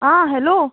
आं हॅलो